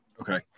okay